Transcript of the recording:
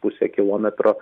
pusę kilometro